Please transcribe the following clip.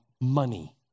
money